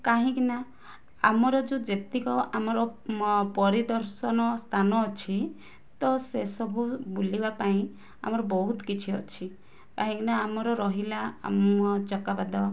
କାହିଁକି ନା ଆମର ଯେଉଁ ଯେତିକ ଆମର ପରିଦର୍ଶନ ସ୍ଥାନ ଅଛି ତ ସେ ସବୁ ବୁଲିବା ପାଇଁ ଆମର ବହୁତ କିଛି ଅଛି କାହିଁକି ନା ଆମର ରହିଲା ଚକାପାଦ